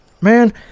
man